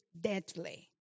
deadly